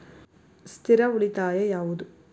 ಸ್ಥಿರ ಉಳಿತಾಯ ಯಾವುದು?